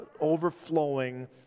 overflowing